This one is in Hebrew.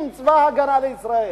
אם צבא-הגנה לישראל,